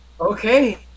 Okay